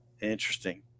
Interesting